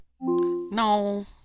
no